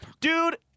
Dude